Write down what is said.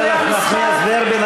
חברת הכנסת איילת נחמיאס ורבין,